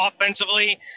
offensively